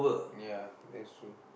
ya that's true